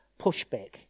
pushback